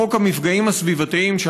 בחוק המפגעים הסביבתיים,